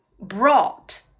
brought